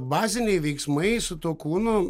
baziniai veiksmai su tuo kūnu